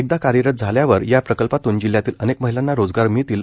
एकदा कार्यरत झाल्यावर या प्रकल्पातून जिल्ह्यातील अनेक महिलांना रोजगार म्ळितील